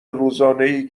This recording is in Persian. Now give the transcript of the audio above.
روزانهای